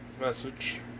message